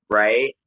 right